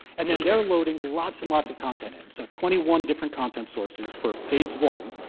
and then they're loading lots and lots of content in, so twenty one different content sources for phase one,